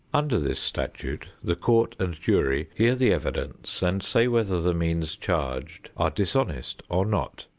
under this statute the court and jury hear the evidence and say whether the means charged are dishonest or not.